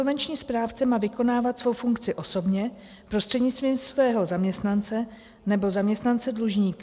Insolvenční správce má vykonávat svou funkci osobně, prostřednictvím svého zaměstnance nebo zaměstnance dlužníka.